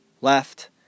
left